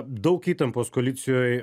daug įtampos koalicijoj